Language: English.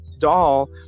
doll